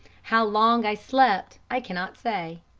how long i slept i cannot say.